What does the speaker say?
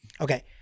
Okay